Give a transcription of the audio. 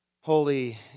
Holy